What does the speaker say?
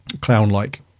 clown-like